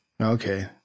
Okay